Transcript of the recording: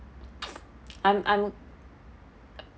I'm I'm